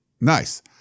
Nice